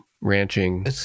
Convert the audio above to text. Ranching